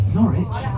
Norwich